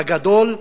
הגדול,